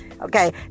Okay